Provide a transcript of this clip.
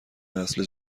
نسل